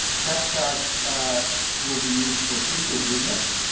cabcharge will be used for official business,